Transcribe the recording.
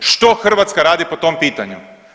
Što Hrvatska radi po tom pitanju?